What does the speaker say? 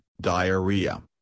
diarrhea